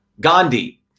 Gandhi